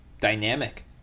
dynamic